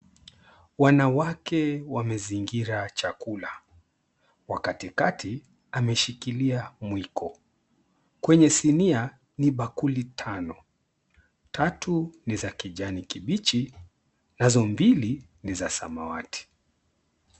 Wanawake wamezingira chakula. Wa kati kati ameshikilia mwiko. Kwenye sinia ni bakuli tano, tatu ni za kijani kibichi nazi mbili ni za samawati.